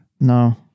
No